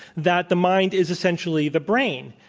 that the mind is essentially the brain?